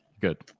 Good